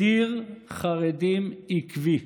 מדיר חרדים עקבי.